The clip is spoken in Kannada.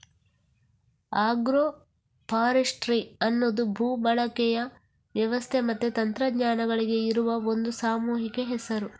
ಆಗ್ರೋ ಫಾರೆಸ್ಟ್ರಿ ಅನ್ನುದು ಭೂ ಬಳಕೆಯ ವ್ಯವಸ್ಥೆ ಮತ್ತೆ ತಂತ್ರಜ್ಞಾನಗಳಿಗೆ ಇರುವ ಒಂದು ಸಾಮೂಹಿಕ ಹೆಸರು